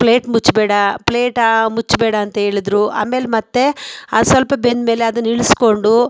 plate ಮುಚ್ಚಬೇಡ plate ಮುಚ್ಚಬೇಡ ಅಂಥೇಳಿದ್ರು ಆಮೇಲೆ ಮತ್ತು ಸ್ವಲ್ಪ ಬೆಂದ ಮೇಲೆ ಅದನ್ನ ಇಳಿಸಿಕೊಂಡು